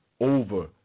over